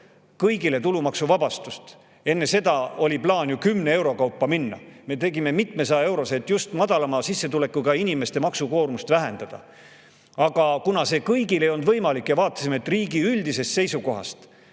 kõigile tulumaksuvabastust. Enne seda oli plaan ju 10 euro kaupa minna, aga meie tegime mitmesajaeurose, et just madalama sissetulekuga inimeste maksukoormust vähendada. Aga kuna see kõigile ei olnud võimalik ja vaatasime, et riigi üldisest seisukohast